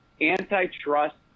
Antitrust